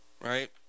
right